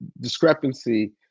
discrepancy